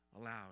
aloud